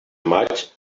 maig